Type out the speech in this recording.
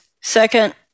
second